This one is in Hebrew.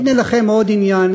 הנה לכם עוד עניין